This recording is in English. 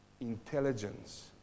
Intelligence